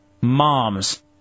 Moms